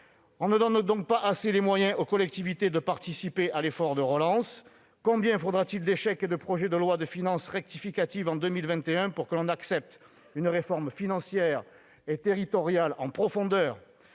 On ne donne donc pas assez les moyens aux collectivités de participer à l'effort de relance. Combien faudra-t-il d'échecs et de projets de loi de finances rectificative en 2021 pour que l'on accepte une réforme financière et territoriale en profondeur ?